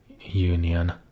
union